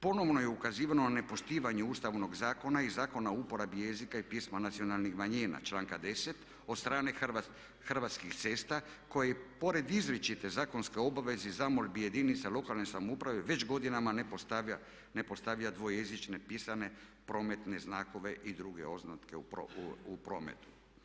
Ponovno je ukazivano na nepoštivanje Ustavnog zakona i Zakona o uporabi jezika i pisma nacionalnih manjina, članka 10., od strane Hrvatskih cesta koje pored izričite zakonske obveze i zamolbi jedinica lokalne samouprave već godinama ne postavlja dvojezične pisane prometne znakove i druge oznake u prometu.